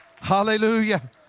Hallelujah